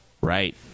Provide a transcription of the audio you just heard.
Right